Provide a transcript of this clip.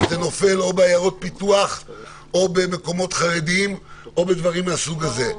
-- זה נופל או בעיירות פיתוח או במקומות חרדיים או בדברים מהסוג הזה.